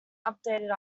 updated